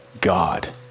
God